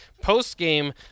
post-game